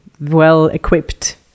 well-equipped